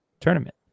tournament